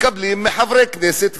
מקבלים מחברי כנסת ומשרים,